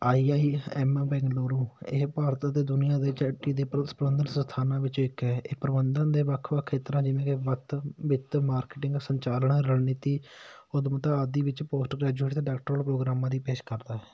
I I M Bengaluru ਇਹ ਭਾਰਤ ਅਤੇ ਦੁਨੀਆਂ ਦੇ ਚੋਟੀ ਦੇ ਪ੍ਰੋਸ ਪ੍ਰਬੰਧਨ ਸਥਾਨਾਂ ਵਿੱਚੋਂ ਇੱਕ ਹੈ ਇਹ ਪ੍ਰਬੰਧਨ ਦੇ ਵੱਖ ਵੱਖ ਖੇਤਰਾਂ ਜਿਵੇਂ ਕਿ ਵਿੱਤ ਵਿੱਤ ਮਾਰਕੀਟਿੰਗ ਸੰਚਾਰਨਾ ਰਣਨੀਤੀ ਉਦਮਤਾ ਆਦਿ ਵਿੱਚ ਪੋਸਟ ਗ੍ਰੈਜੂਏਟ ਅਤੇ ਡਾਕਟਰ ਪ੍ਰੋਗਰਾਮਾਂ ਦੀ ਪੇਸ਼ ਕਰਦਾ ਹੈ